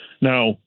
Now